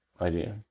idea